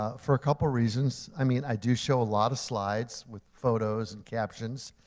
ah for a couple reasons. i mean, i do show a lot of slides with photos and captions.